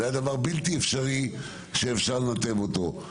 זה היה דבר שאי אפשר לנתב אותו.